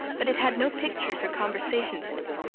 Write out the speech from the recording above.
but it had no pictures or conversations in it,